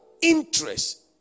interest